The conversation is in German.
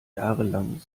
jahrelang